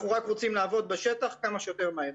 אנחנו רק רוצים לעבוד בשטח כמה שיותר מהר.